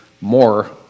more